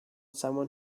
someone